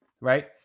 Right